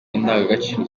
indangagaciro